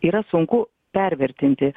yra sunku pervertinti